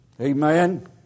Amen